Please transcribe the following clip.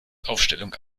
aufstellung